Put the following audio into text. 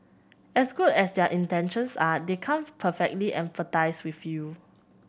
as good as their intentions are they can't perfectly empathise with you